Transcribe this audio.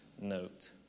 note